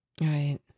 Right